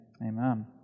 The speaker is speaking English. Amen